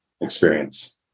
experience